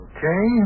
Okay